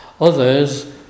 others